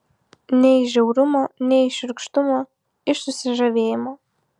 ne iš žiaurumo ne iš šiurkštumo iš susižavėjimo